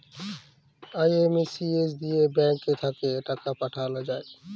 IMPS দিয়ে bank থাক্যে টাকা পাঠাল যায়